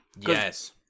Yes